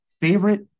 Favorite